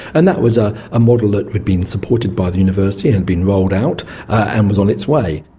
and that was ah a model that had been supported by the university and been rolled out and was on its way.